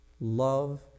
Love